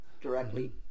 directly